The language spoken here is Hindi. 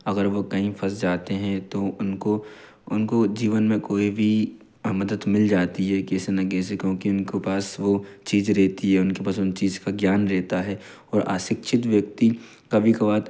अगर वह कहीं फँस जाते हैं तो उनको उनको जीवन में कोई भी मदत मिल जाती है किसी न किसी क्योंकि उनको पास वह चीज़ रहती है उनके पास उन चीज़ का ज्ञान रहता है और अशिक्षित व्यक्ति कभी कभार